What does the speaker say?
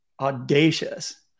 audacious